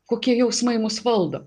kokie jausmai mus valdo